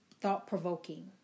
thought-provoking